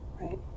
Right